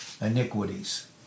iniquities